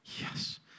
Yes